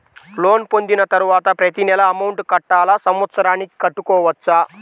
Loan పొందిన తరువాత ప్రతి నెల అమౌంట్ కట్టాలా? సంవత్సరానికి కట్టుకోవచ్చా?